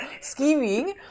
scheming